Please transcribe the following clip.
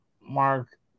mark